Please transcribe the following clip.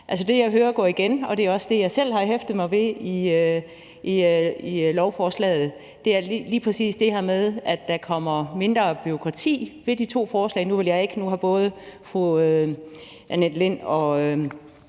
det, jeg hører går igen – og det er også det, jeg selv har hæftet mig ved i lovforslaget – er lige præcis det her med, at der kommer mindre bureaukrati med de to forslag. Nu har både fru Annette Lind og